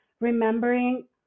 Remembering